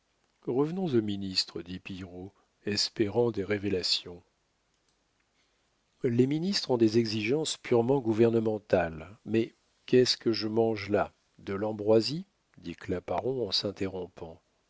revenons aux ministres dit pillerault espérant des révélations les ministres ont des exigences purement gouvernementales mais qu'est-ce que je mange là de l'ambroisie dit claparon en s'interrompant